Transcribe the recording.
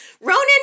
Ronan